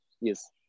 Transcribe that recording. Yes